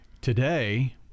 Today